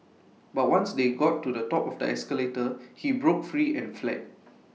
but once they got to the top of the escalator he broke free and fled